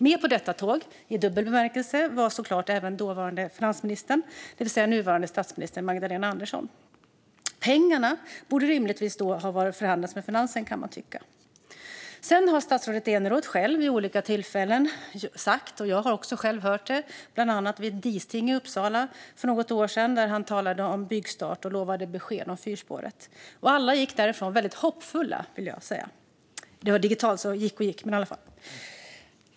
Med på detta tåg, i dubbel bemärkelse, var såklart dåvarande finansministern, det vill säga nuvarande statsminister Magdalena Andersson. Pengarna borde då rimligtvis ha förhandlats med Finansen, kan man tycka. Sedan dess har statsrådet Eneroth vid olika tillfällen talat om detta. Jag har själv hört det, bland annat på ett disting i Uppsala för något år sedan där han talade om byggstart och lovade besked om fyrspåret. Alla gick därifrån väldigt hoppfulla. Det var ett digitalt möte, så gick och gick, men i alla fall.